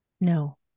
No